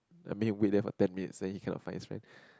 I mean we left him for ten minutes then he cannot find his friends